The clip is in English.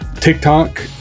TikTok